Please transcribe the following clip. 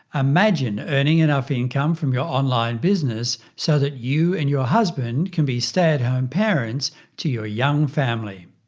imagine earning enough income from your online business so that you and your husband can be stay at home parents to your young family.